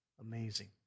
amazing